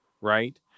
Right